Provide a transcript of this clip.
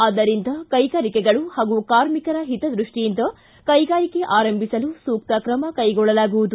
ಆದ್ದರಿಂದ ಕೈಗಾರಿಕೆಗಳು ಹಾಗೂ ಕಾರ್ಮಿಕ ಹಿತದೃಷ್ಷಿಯಿಂದ ಕೈಗಾರಿಕೆ ಆರಂಭಿಸಲು ಸೂಕ್ತ ಕ್ರಮ ಕೈಗೊಳ್ಳಲಾಗುವುದು